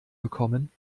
gekommen